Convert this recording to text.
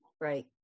Right